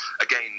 again